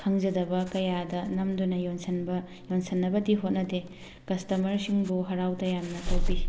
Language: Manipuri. ꯈꯪꯖꯗꯕ ꯀꯌꯥꯗ ꯅꯝꯗꯨꯅ ꯌꯣꯟꯁꯟꯕ ꯌꯣꯟꯁꯟꯅꯕꯗꯤ ꯍꯣꯠꯅꯗꯦ ꯀꯁꯇꯃꯔꯁꯤꯡꯕꯨ ꯍꯔꯥꯎ ꯇꯌꯥꯝꯅ ꯇꯧꯕꯤ